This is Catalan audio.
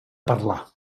parlar